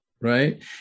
right